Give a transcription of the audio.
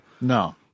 No